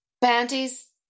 panties